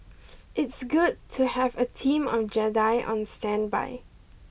it's good to have a team of Jedi on standby